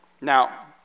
Now